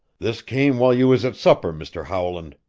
this came while you was at supper, mr. howland,